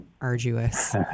arduous